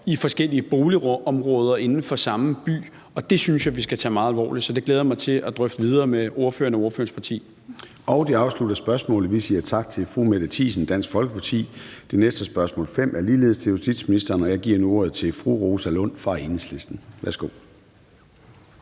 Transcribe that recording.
i forskellige boligområder inden for samme by. Og det synes jeg vi skal tage meget alvorligt, så det glæder jeg mig til at drøfte videre med ordføreren og ordførerens parti. Kl. 13:31 Formanden (Søren Gade): Det afslutter spørgsmålet. Vi siger tak til fru Mette Thiesen, Dansk Folkeparti. Det næste spørgsmål, nr. 5, er ligeledes til justitsministeren, og jeg giver nu ordet til fru Rosa Lund fra Enhedslisten. Kl.